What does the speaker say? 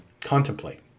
contemplate